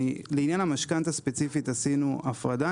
לעניין המשכנתא ספציפית עשינו הפרדה.